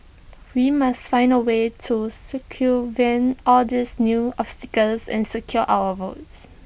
we must find A way to circumvent all these new obstacles and secure our votes